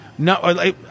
No